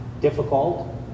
difficult